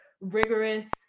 rigorous